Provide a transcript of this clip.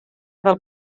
del